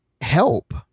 help